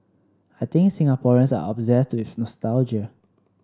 I think Singaporeans are obsessed with nostalgia